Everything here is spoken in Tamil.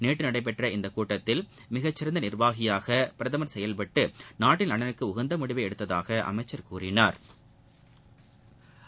நேற்று நடைபெற்ற இந்த கூட்டத்தில் மிக சிறந்த நிா்வாகியாக பிரதமா் செயல்பட்டு நாட்டின் நலனுக்கு உகந்த முடிவை எடுத்ததாக அமைச்சா் கூறினாா்